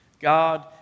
God